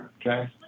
Okay